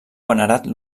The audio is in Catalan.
venerat